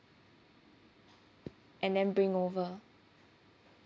and then bring over